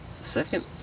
Second